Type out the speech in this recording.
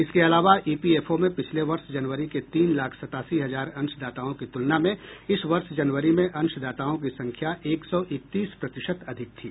इसके अलावा E P F O में पिछले वर्ष जनवरी के तीन लाख सत्तासी हजार अंशदाताओं की तुलना में इस वर्ष जनवरी में अंशदाताओं की संख्या एक सौ इकतीस प्रतिशत अधिक थी